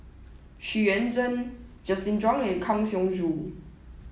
Xu Yuan Zhen Justin Zhuang and Kang Siong Joo